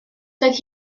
doedd